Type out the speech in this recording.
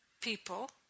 people